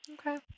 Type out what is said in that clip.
Okay